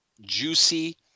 juicy